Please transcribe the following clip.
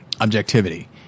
objectivity